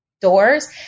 doors